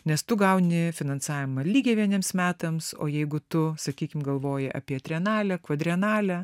nes tu gauni finansavimą lygiai vieniems metams o jeigu tu sakykim galvoji apie trienalę kvadrenalę